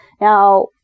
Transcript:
Now